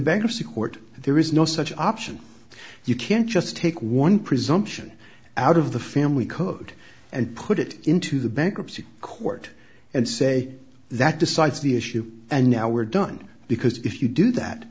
bankruptcy court there is no such option you can't just take one presumption out of the family code and put it into the bankruptcy court and say that decides the issue and now we're done because if you do that